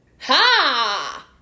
ha